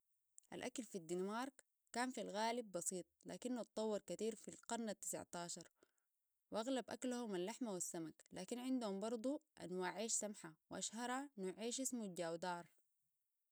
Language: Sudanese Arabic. الأكل في الدنمارك كان في الغالب بسيط لكنه اتطور كثير في القرن التسعتاشر وأغلب أكلهم اللحمة والسمك لكن عندهم برضو أنواع عيش سمحة وأشهرها نوع عيش اسمه الجاودار